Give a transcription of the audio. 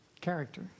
character